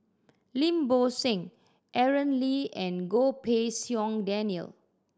Lim Bo Seng Aaron Lee and Goh Pei Siong Daniel